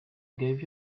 gave